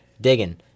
digging